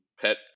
pet